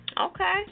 Okay